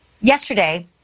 Yesterday